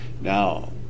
now